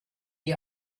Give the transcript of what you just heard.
die